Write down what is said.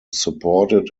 supported